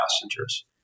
passengers